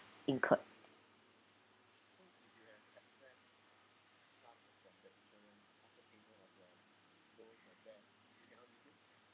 incurred